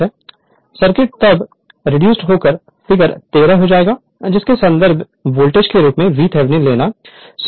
circuit तब reduce होकर figure 13 हो जाएगा जिसमें संदर्भ वोल्टेज के रूप में VThevenin लेना सुविधाजनक होता है